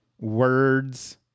words